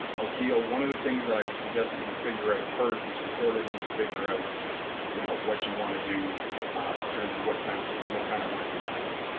oki'll one of the things that i would suggest that you figure out first as you sort of need to figure out you know what you want to do in terms of what times ah what kind of work you want to do